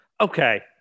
Okay